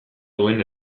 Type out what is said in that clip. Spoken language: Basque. duen